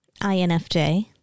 INFJ